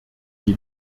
die